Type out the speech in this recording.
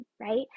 right